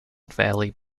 valley